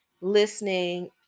listening